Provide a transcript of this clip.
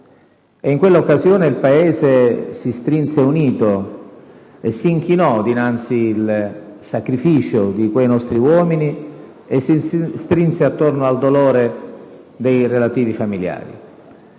In quell'occasione il Paese si strinse unito e si inchinò dinanzi al sacrificio di quei nostri uomini, e si strinse attorno al dolore dei loro familiari.